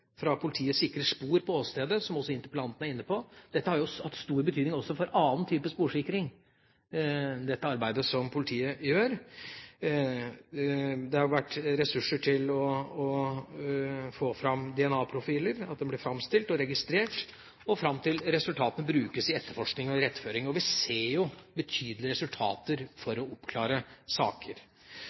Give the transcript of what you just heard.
fra politiet sikrer spor på åstedet, som også interpellanten er inne på – det arbeidet som politiet gjør, har jo hatt stor betydning også for annen type sporsikring – til DNA-profiler blir framstilt og registrert, og fram til resultatene brukes i etterforskning og iretteføring. Og vi ser jo betydelige resultater i antall oppklarte saker.